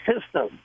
system